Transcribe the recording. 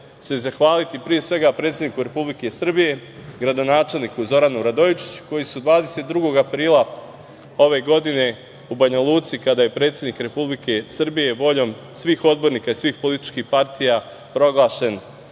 se zahvaliti pre svega predsedniku Republike Srbije, gradonačelniku Zoranu Radojičiću, koji su 22. aprila ove godine u Banja Luci, kada je predsednik Republike Srbije voljom svih odbornika svih političkih partija proglašen